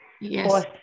Yes